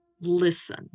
listen